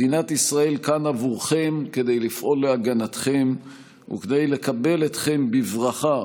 מדינת ישראל כאן עבורכם כדי לפעול להגנתכם וכדי לקבל אתכם בברכה,